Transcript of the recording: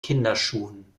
kinderschuhen